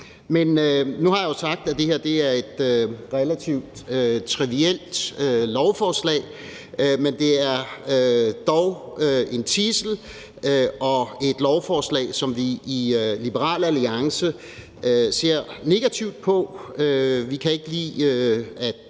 Nu har jeg jo sagt, at det her er et relativt trivielt lovforslag, men det er dog en tidsel og et lovforslag, som vi i Liberal Alliance ser negativt på. Vi kan ikke lide, at